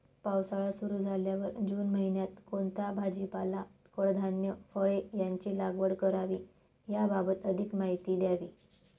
पावसाळा सुरु झाल्यावर जून महिन्यात कोणता भाजीपाला, कडधान्य, फळे यांची लागवड करावी याबाबत अधिक माहिती द्यावी?